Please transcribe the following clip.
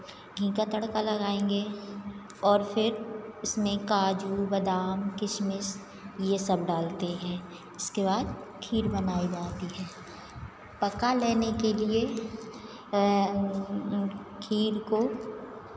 घी का तड़का लगाएँगे और फिर इसमें काजू बादाम किशमिश ये सब डालते हैं इसके बाद खीर बनाई जाती है पका लेने के लिए खीर को